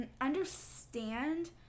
understand